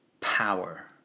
power